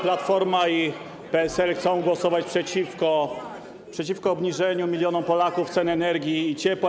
Platforma i PSL chcą głosować przeciwko obniżeniu milionom Polaków cen energii i ciepła.